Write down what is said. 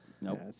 nope